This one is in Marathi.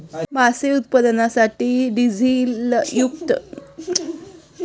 मासे उत्पादनासाठी डिझेलयुक्त बोटींचा वापर केल्यास सागरी प्राण्यांवर विपरीत परिणाम होतो